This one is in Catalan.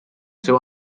seu